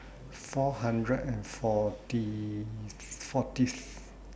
four hundred and forty fortieth